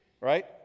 Right